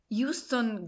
Houston